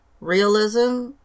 realism